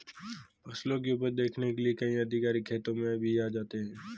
फसलों की उपज देखने के लिए कई अधिकारी खेतों में भी जाते हैं